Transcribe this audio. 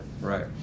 Right